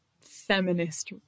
feminist